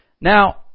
Now